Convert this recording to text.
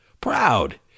proud